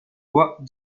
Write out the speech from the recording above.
bois